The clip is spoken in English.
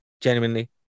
genuinely